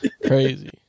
Crazy